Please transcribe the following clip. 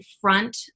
front